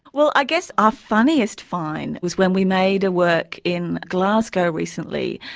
well, i guess our funniest fine was when we made a work in glasgow recently,